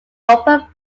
upper